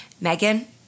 Megan